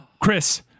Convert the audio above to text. Chris